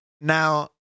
Now